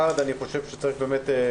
נושא אחד, אני חושב שצריך לתת